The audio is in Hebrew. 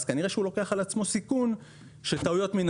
כנראה שהוא לוקח על עצמו סיכון שטעויות מן